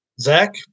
Zach